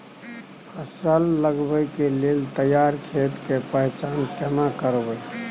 फसल लगबै के लेल तैयार खेत के पहचान केना करबै?